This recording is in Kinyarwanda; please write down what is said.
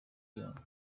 yombi